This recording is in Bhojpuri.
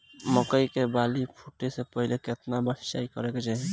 मकई के बाली फूटे से पहिले केतना बार सिंचाई करे के चाही?